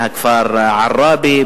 מהכפר עראבה,